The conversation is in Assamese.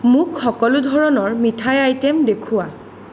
মোক সকলো ধৰণৰ মিঠাই আইটে'ম দেখুওৱা